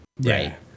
right